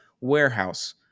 warehouse